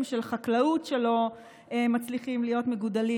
של חקלאות שלא מצליחים להיות מגודלים.